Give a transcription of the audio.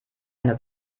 eine